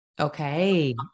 Okay